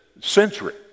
century